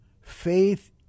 faith